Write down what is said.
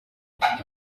iki